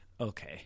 okay